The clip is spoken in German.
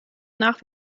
nach